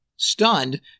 Stunned